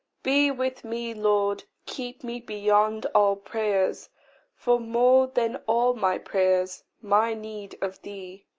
be with me, lord. keep me beyond all prayers for more than all my prayers my need of thee,